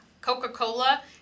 Coca-Cola